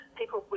people